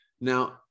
Now